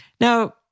Now